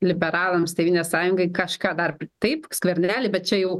liberalams tėvynės sąjungai kažką dar taip skvernelį bet čia jau